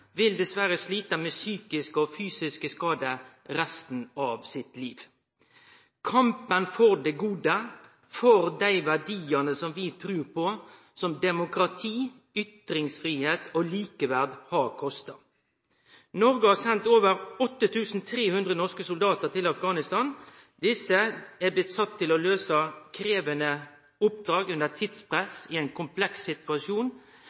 vil dessverre slite med fysiske og psykiske skader resten av livet. Kampen for det gode, for dei verdiane som vi trur på, som demokrati, ytringsfridom og likeverd, har kosta. Noreg har sendt over 8 300 norske soldatar til Afghanistan. Desse er blitt sette til å løyse krevjande oppdrag under tidspress i ein kompleks situasjon